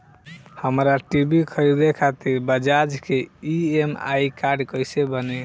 हमरा टी.वी खरीदे खातिर बज़ाज़ के ई.एम.आई कार्ड कईसे बनी?